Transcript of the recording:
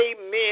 Amen